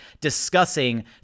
discussing